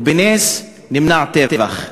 ובנס נמנע טבח,